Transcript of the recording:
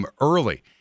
Early